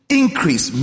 increase